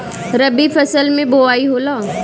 रबी फसल मे बोआई होला?